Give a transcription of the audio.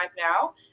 now